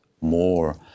more